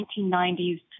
1990s